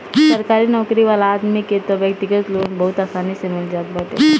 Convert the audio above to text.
सरकारी नोकरी वाला आदमी के तअ व्यक्तिगत लोन बहुते आसानी से मिल जात बाटे